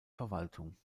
verwaltung